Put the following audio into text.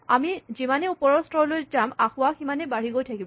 আমি যিমানেই ওপৰৰ স্তৰলৈ যাম আসোঁৱাহ সিমানে বাঢ়ি গৈ থাকিব